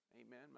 amen